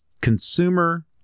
Consumer